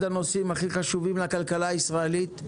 הנושאים הכי חשובים לכלכלה הישראלית,